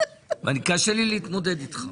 קשה לי להתמודד איתך.